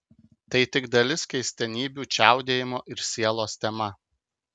tai tik dalis keistenybių čiaudėjimo ir sielos tema